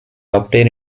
obtain